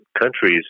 countries